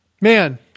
man